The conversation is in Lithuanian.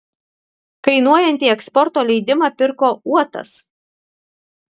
kainuojantį eksporto leidimą pirko uotas